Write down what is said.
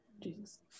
Jesus